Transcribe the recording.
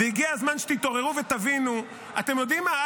והגיע הזמן שתתעוררו ותבינו, אתם יודעים מה?